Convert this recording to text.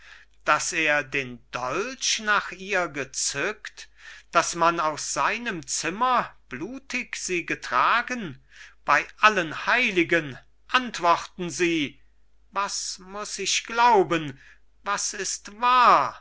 daß er den dolch nach ihr gezückt daß man aus seinem zimmer blutig sie getragen bei allen heiligen antworten sie was muß ich glauben was ist wahr